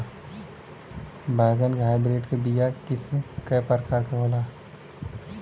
बैगन के हाइब्रिड के बीया किस्म क प्रकार के होला?